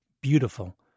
beautiful